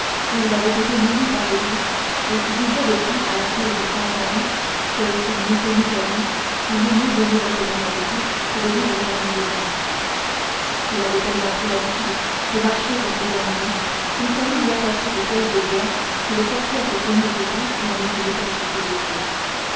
où il avait été nourri par des loups et qui disait depuis à la cour du prince henri que s'il n'eût tenu qu'à lui il eût mieux aimé retourner avec eux que de vivre parmi les hommes il avait tellement pris l'habitude de marcher comme ces animaux qu'il fallut lui attacher des pièces de bois qui le forçaient à se tenir debout et en équilibre sur ses deux pieds